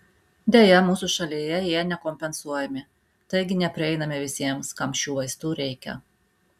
deja mūsų šalyje jie nekompensuojami taigi neprieinami visiems kam šių vaistų reikia